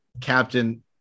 captain